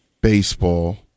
baseball